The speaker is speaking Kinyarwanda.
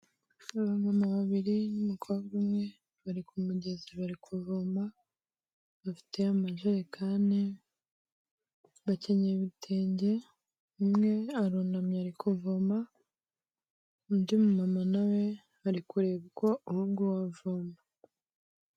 Aba mama babiri n'umukobwa umwe bari ku mugezi, bari kuvoma, bafite amajerekane, bakenyeye ibitenge, umwe arunamye ari kuvoma, undi mumama na we ari kureba uko uwo nguwo avoma.